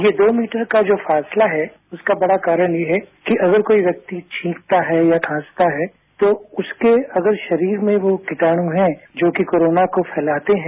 ये दो मीटर का जो फासला है उसका बड़ा कारण यह है किअगर कोई व्यक्ति छींकता या खांसता है तो उसके शरीर में वो कीटाणु है जो कि कोरोनाको फैलाते हैं